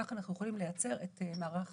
כך אנחנו יכולים לייצר את מערך